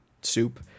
soup